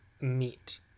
meet